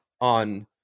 on